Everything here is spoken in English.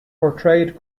portrayed